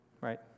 right